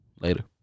later